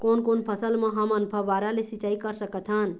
कोन कोन फसल म हमन फव्वारा ले सिचाई कर सकत हन?